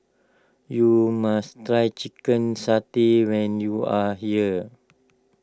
you must try Chicken Satay when you are here